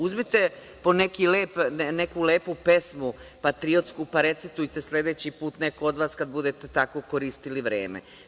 Uzmite poneku lepu pesmu, patriotsku, pa recitujte sledeći put, neko od vas, kada budete tako koristili vreme.